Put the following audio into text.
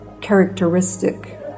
characteristic